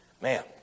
Man